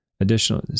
Additional